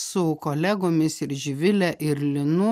su kolegomis ir živile ir linu